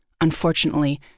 unfortunately